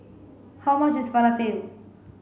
how much is Falafel